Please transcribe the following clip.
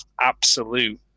absolute